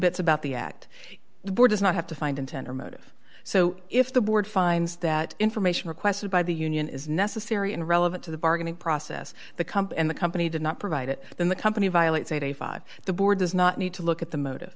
bits about the act the board does not have to find intent or motive so if the board finds that information requested by the union is necessary and relevant to the bargaining process the company and the company did not provide it then the company violates a five the board does not need to look at the motive